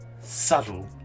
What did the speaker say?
subtle